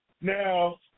Now